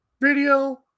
video